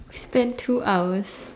spent two hours